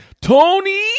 Tony